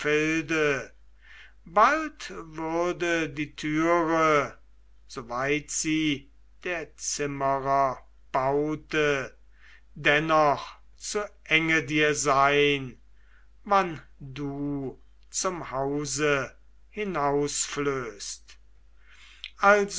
bald würde die türe so weit sie der zimmerer baute dennoch zu enge dir sein wann du zum hause hinausflöhst